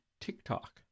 TikTok